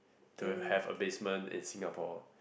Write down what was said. to have a basement in Singapore